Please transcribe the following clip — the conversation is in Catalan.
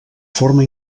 forma